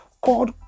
called